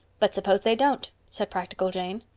but suppose they don't? said practical jane.